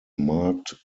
marked